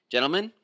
Gentlemen